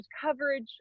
coverage